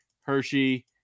Hershey